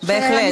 בהחלט,